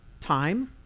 time